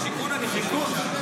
שיכון, אני חושב.